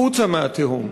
החוצה מהתהום.